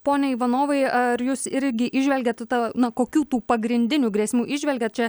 pone ivanovai ar jūs irgi įžvelgiat tą na kokių tu pagrindinių grėsmių įžvelgiat čia